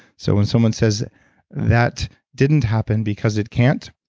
so when someone says that didn't happen because it can't,